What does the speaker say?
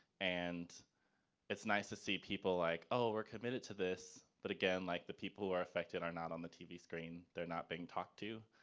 and it's nice to see people like, oh, we're committed to this, but again, like the people who are affected are not on the tv screen, they're not being talked to.